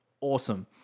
awesome